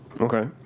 Okay